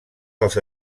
dels